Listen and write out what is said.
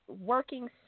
working